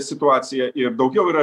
situacija ir daugiau yra